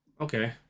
okay